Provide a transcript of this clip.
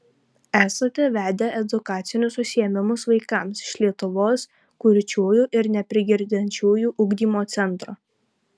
esate vedę edukacinius užsiėmimus vaikams iš lietuvos kurčiųjų ir neprigirdinčiųjų ugdymo centro